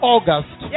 August